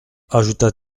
ajouta